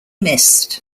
missed